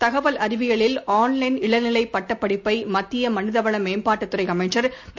தகவல் அறிவியலில் ஆன்லைன் இளநிலை பட்டப் படிப்பை மத்திய மனித வள மேம்பாட்டுத் துறை அமைச்ச்ர் திரு